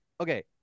Okay